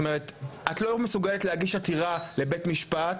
זאת אומרת את לא מסוגלת להגיש עתירה לבית משפט,